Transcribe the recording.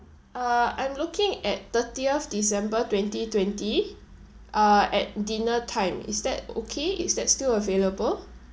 uh I'm looking at thirtieth december twenty twenty uh at dinner time is that okay is that still available